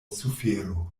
sufero